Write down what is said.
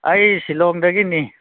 ꯑꯩ ꯁꯤꯂꯣꯡꯗꯒꯤꯅꯤ